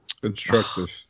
constructive